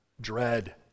dread